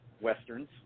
Westerns